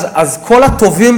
אז כל ה"טובים",